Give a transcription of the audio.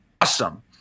awesome